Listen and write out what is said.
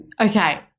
Okay